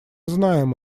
знаем